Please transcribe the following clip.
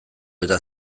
eta